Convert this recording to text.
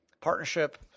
Partnership